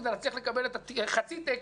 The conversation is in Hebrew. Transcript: כדי להצליח לקבל חצי תקן,